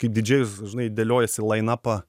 kaip didžėjus žinai dėliojiesi lainapą